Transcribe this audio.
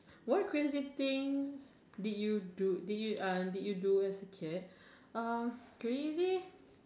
what crazy things did you do did you uh did you do as a kid uh crazy